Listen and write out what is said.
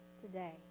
today